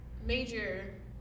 major